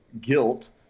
guilt